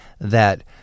that-